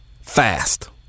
Fast